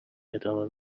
ادامه